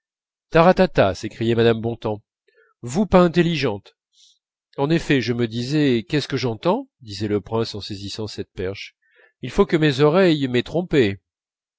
taratata s'écriait mme bontemps vous pas intelligente en effet je me disais qu'est-ce que j'entends disait le prince en saisissant cette perche il faut que mes oreilles m'aient trompé